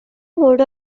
মোৰ